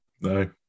No